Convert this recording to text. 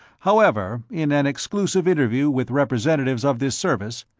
however, in an exclusive interview with representatives of this service,